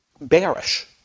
Bearish